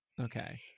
Okay